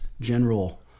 general